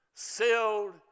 sealed